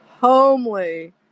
homely